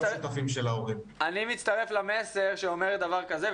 אני מצטרף למסר שאומר דבר כזה,